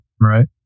Right